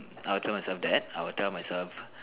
I would tell myself that I would tell myself